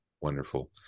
Wonderful